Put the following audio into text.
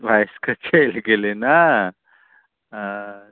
भँसिके चलि गेलै नहि अच्छा